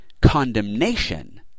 condemnation